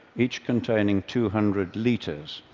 each containing two hundred liters.